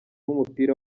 w’umupira